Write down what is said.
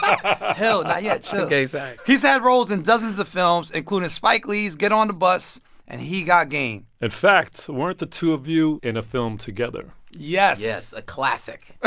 um hill, not yet chill ok. sorry he's had roles in dozens of films, including spike lee's get on the bus and he got game. in fact, weren't the two of you in a film together? yes yes, a classic